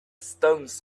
stones